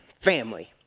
family